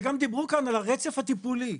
וגם דיברו כאן על הרצף הטיפולי,